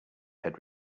had